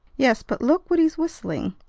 yes, but look what he's whistling.